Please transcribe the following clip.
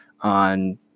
on